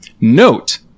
Note